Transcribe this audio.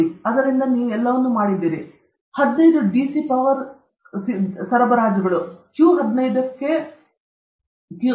ಆದ್ದರಿಂದ ಎಲ್ಲ ಹದಿನೈದುರಲ್ಲಿ ಒಂದನ್ನು ಹಾಕಿದರೆ ಅದು ಯಾರೂ ಹೇಳುವುದಿಲ್ಲ ಇಲ್ಲ ಇಲ್ಲ ನಾನು ಈ ವಿಷಯದ ಮೂಲಕ ತಿಳಿಯುತ್ತೇನೆ ಧರ್ಷಣದಿಂದ ನಾನು ತಿಳಿಯುತ್ತೇನೆ ಎಲ್ಲವನ್ನೂ ನಾನು ತಿಳಿಯುತ್ತೇನೆ ಅದು ಸಾಧ್ಯವಿಲ್ಲ